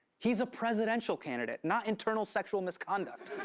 he's a presidential candidate, not internal sexual misconduct.